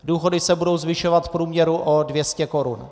Důchody se budou zvyšovat v průměru o 200 korun.